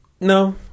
No